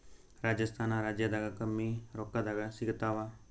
ರಾಜಸ್ಥಾನ ರಾಜ್ಯದಾಗ ಕಮ್ಮಿ ರೊಕ್ಕದಾಗ ಸಿಗತ್ತಾವಾ?